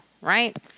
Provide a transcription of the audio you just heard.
right